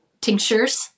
tinctures